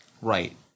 Right